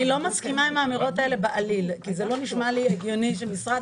אני לא מסכימה עם האמירות האלה בעליל כי לא נשמע לי הגיוני שהמשרד